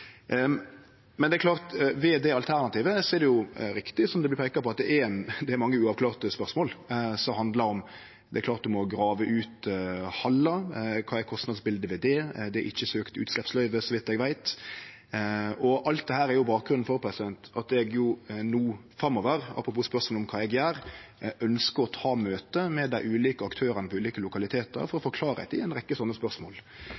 Men ved det alternativet er det jo riktig, som det vart peikt på, at det er mange uavklarte spørsmål. Det er klart at ein må grave ut hallar – kva er kostnadsbildet ved det? Det er ikkje søkt om utsleppsløyve, så vidt eg veit. Alt dette er bakgrunnen for at eg no framover – apropos spørsmål om kva eg gjer – ønskjer å ha møte med dei ulike aktørane på ulike lokalitetar for å få avklart ei rekkje slike spørsmål.